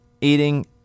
eating